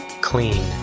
clean